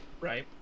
Right